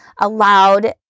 allowed